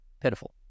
Pitiful